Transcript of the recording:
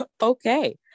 Okay